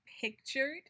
pictured